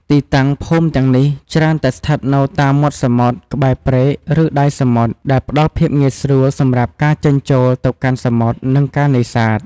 ទីតាំង ភូមិទាំងនេះច្រើនតែស្ថិតនៅតាម មាត់សមុទ្រ ក្បែរព្រែក ឬដៃសមុទ្រ ដែលផ្តល់ភាពងាយស្រួលសម្រាប់ការចេញចូលទៅកាន់សមុទ្រ និងការនេសាទ។